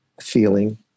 feeling